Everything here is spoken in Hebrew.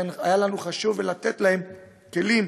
לכן, היה לנו חשוב לתת להם כלים